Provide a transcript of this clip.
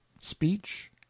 speech